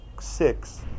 six